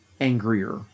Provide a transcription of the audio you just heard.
angrier